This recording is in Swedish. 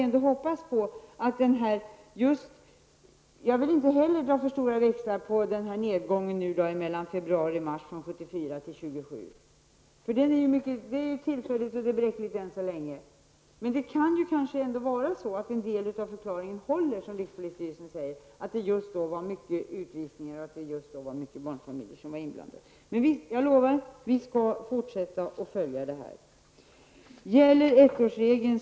Inte heller jag vill dra för stora växlar på nedgången från februari till mars, från 74 till 27 fall -- det är ännu så länge ett tillfälligt och bräckligt underlag -- men det kan ändå vara så att en del av rikspolisstyrelsens förklaring håller, att det just då var många utvisningar med barnfamiljer inblandade. Men jag lovar: Vi skall fortsätta att följa utvecklingen på den punkten. Gäller ettårsregeln?